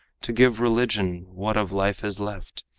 to give religion what of life is left,